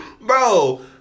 Bro